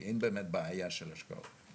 כי אין באמת בעיה של השקעות.